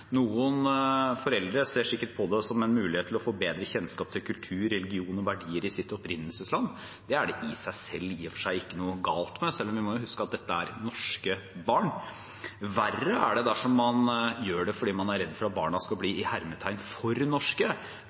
Noen foreldre ser sikkert på det som en mulighet til å få bedre kjennskap til kultur, religion og verdier i sitt opprinnelsesland. Det er det i og for seg ikke noe galt med, selv om vi må huske på at dette er norske barn. Verre er det dersom man gjør det fordi man er redd for at barna skal bli «for norske», for